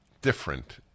different